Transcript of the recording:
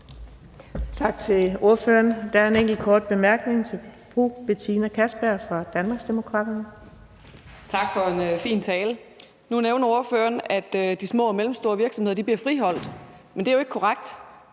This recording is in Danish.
Tak til ordføreren. Der er en enkelt kort bemærkning til fru Betina Kastbjerg fra Danmarksdemokraterne. Kl. 09:18 Betina Kastbjerg (DD): Tak for en fin tale. Nu nævner ordføreren, at de små og mellemstore virksomheder bliver friholdt, men det er jo ikke korrekt.